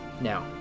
Now